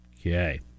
Okay